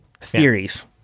Theories